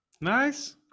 Nice